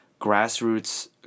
Grassroots